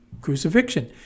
crucifixion